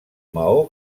maó